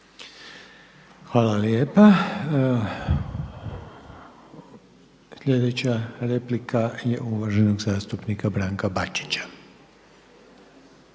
Hvala lijepa. Slijedeća replika je uvaženog zastupnika Branka Bačića.